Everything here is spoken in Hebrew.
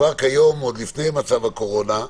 כבר כיום, עוד לפני מצב הקורונה,